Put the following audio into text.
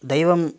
दैवम्